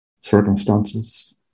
circumstances